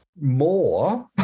more